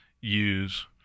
use